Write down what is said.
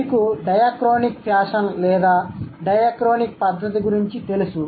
మీకు diachronic fashion లేదా diachronic పద్ధతి గురించి తెలుసు